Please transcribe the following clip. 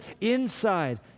inside